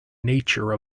nature